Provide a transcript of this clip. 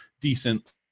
decent